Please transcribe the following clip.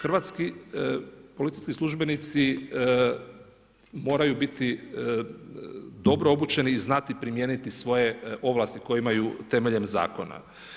Hrvatski policijski službenici moraju biti dobro obučeni i znati primijeniti svoje ovlasti koje imaju temeljem zakona.